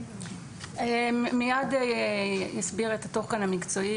מר אריה מור,